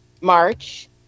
March